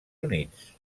units